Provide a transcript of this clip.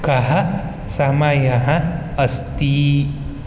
कः समयः अस्ति